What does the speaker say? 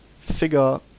figure